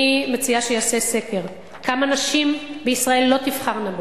אני מציעה שיעשה סקר כמה נשים בישראל לא תבחרנה בו,